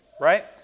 Right